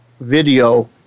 video